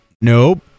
Nope